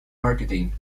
marketing